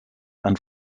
and